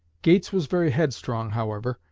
gates was very headstrong, however,